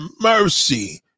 mercy